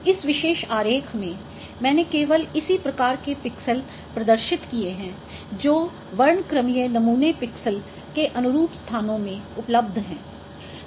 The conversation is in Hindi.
इस विशेष आरेख में मैंने केवल इसी प्रकार के पिक्सेल प्रदर्शित किए हैं जो वर्णक्रमीय नमूने पिक्सेल के अनुरूप स्थानों में उपलब्ध हैं